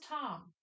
Tom